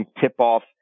tip-off